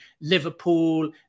Liverpool